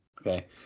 Okay